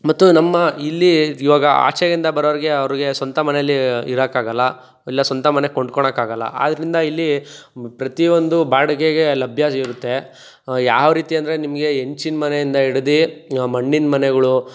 ಮತ್ತು ನಮ್ಮ ಇಲ್ಲಿ ಇವಾಗ ಆಚೆಯಿಂದ ಬರೋರಿಗೆ ಅವ್ರಿಗೆ ಸ್ವಂತ ಮನೆಯಲ್ಲಿ ಇರೊಕಾಗಲ್ಲ ಎಲ್ಲ ಸ್ವಂತ ಮನೆ ಕೊಂಡ್ಕೊಳಕಾಗಲ್ಲ ಆದ್ರಿಂದ ಇಲ್ಲಿ ಪ್ರತಿ ಒಂದು ಬಾಡಿಗೆಗೆ ಲಭ್ಯ ಇರುತ್ತೆ ಯಾವರೀತಿ ಅಂದರೆ ನಿಮಗೆ ಹೆಂಚಿನ್ ಮನೆಯಿಂದ ಹಿಡ್ದಿ ಮಣ್ಣಿನ ಮನೆಗಳು